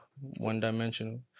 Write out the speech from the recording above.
one-dimensional